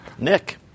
Nick